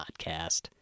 podcast